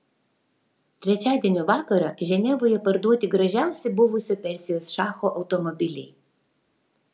trečiadienio vakarą ženevoje parduoti gražiausi buvusio persijos šacho automobiliai